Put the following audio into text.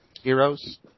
heroes